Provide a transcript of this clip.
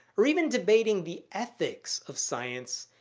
or even debating the ethics of science,